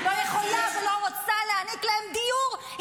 לא רוצה ולא יכולה להעניק להם דיור -- כי יש מחנות פליטים.